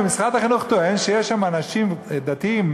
ומשרד החינוך טוען שיש שם אנשים דתיים,